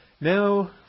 now